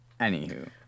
anywho